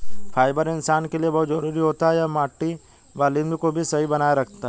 fibre इंसान के लिए बहुत जरूरी होता है यह मटबॉलिज़्म को भी सही बनाए रखता है